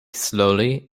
slowly